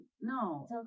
no